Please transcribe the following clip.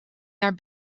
naar